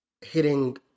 hitting